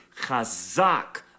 chazak